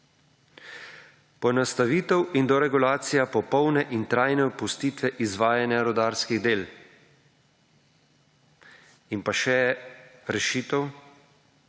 Poenostavitev in deregulacija popolne in trajne opustitve izvajanja rudarskih del. In pa še rešitev,